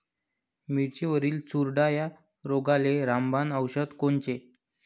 मिरचीवरील चुरडा या रोगाले रामबाण औषध कोनचे?